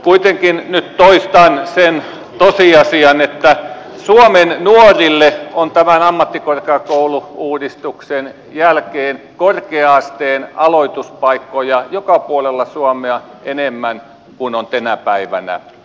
kuitenkin nyt toistan sen tosiasian että suomen nuorille on tämän ammattikorkeakoulu uudistuksen jälkeen korkea asteen aloituspaikkoja joka puolella suomea enemmän kuin on tänä päivänä